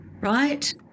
right